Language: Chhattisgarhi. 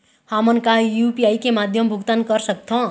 हमन का यू.पी.आई के माध्यम भुगतान कर सकथों?